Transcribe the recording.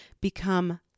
become